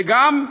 וגם,